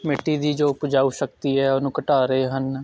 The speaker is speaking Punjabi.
ਮਿੱਟੀ ਦੀ ਜੋ ਉਪਜਾਊ ਸ਼ਕਤੀ ਹੈ ਉਹਨੂੰ ਘਟਾ ਰਹੇ ਹਨ